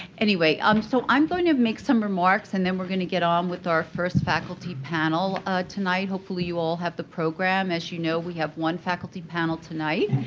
anyway, um so i'm going to make some remarks and then we're going to get on with our first faculty panel tonight. hopefully you all have the program. as you know, we have one faculty panel tonight.